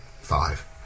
Five